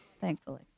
thankfully